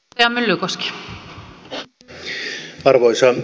arvoisa rouva puhemies